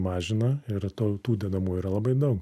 mažina ir tau tų dedamųjų yra labai daug